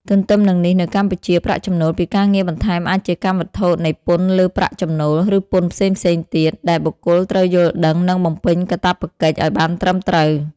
ទន្ទឹមនឹងនេះនៅកម្ពុជា ប្រាក់ចំណូលពីការងារបន្ថែមអាចជាកម្មវត្ថុនៃពន្ធលើប្រាក់ចំណូល ឬពន្ធផ្សេងៗទៀត ដែលបុគ្គលត្រូវយល់ដឹង និងបំពេញកាតព្វកិច្ចឱ្យបានត្រឹមត្រូវ។